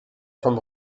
vom